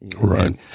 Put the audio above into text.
Right